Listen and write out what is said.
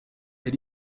des